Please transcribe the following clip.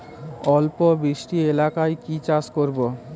অল্প বৃষ্টি এলাকায় কি চাষ করব?